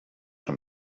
him